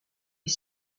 est